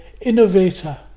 innovator